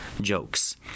jokes